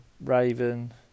Raven